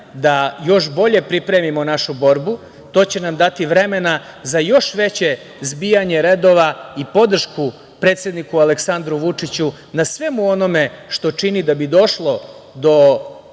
da još bolje pripremimo našu borbu, to će nam dati vremena za još veće zbijanje redova i podršku predsedniku Aleksandru Vučiću na svemu onome što čini da bi došlo do